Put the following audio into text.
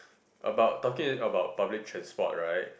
about talking about public transport right